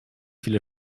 viele